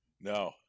No